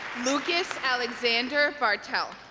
lucas alexander barthel